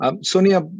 Sonia